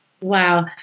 Wow